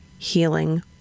healing